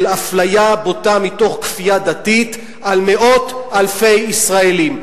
של אפליה בוטה מתוך כפייה דתית על מאות-אלפי ישראלים.